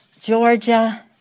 Georgia